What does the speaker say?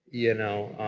you know.